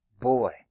boy